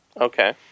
Okay